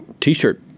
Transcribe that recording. T-shirt